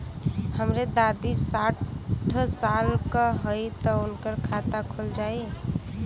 हमरे दादी साढ़ साल क हइ त उनकर खाता खुल जाई?